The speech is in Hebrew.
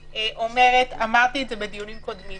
אומרת, ואמרתי בדיונים קודמים: